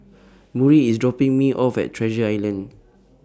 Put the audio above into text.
Murry IS dropping Me off At Treasure Island